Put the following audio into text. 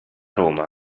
roma